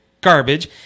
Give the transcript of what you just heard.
garbage